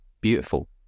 beautiful